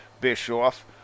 Bischoff